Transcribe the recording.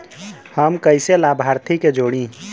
हम कइसे लाभार्थी के जोड़ी?